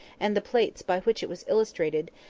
and the plates by which it was illustrated,